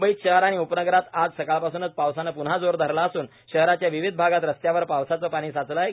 मुंबईत शहर आणि उपनगरात आज सकाळपासूनच पावसानं पून्हां जोर धरला असून शहराच्या विविध भागांत रस्त्यांवर पावसाचं पाणी साचलं आहे